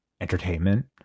entertainment